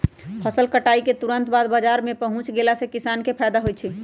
फसल कटाई के तुरत बाद बाजार में पहुच गेला से किसान के फायदा होई छई